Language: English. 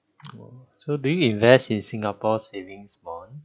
oh so do you invest in singapore's savings bond